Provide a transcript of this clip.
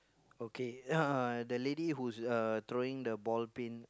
okay ah the lady who's uh throwing the ball pin